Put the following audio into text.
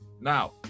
Now